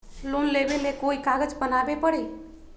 Loan लेबे ले कोई कागज बनाने परी?